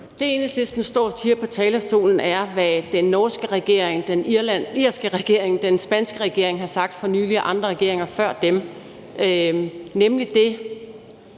står og siger på talerstolen, er, hvad den norske regering, den irske regering og den spanske regering har sagt for nylig og andre regeringer før dem,